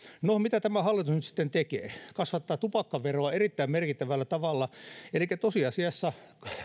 no mitä tämä hallitus nyt sitten tekee kasvattaa tupakkaveroa erittäin merkittävällä tavalla elikkä tosiasiassa